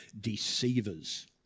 deceivers